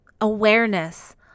awareness